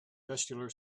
vestibular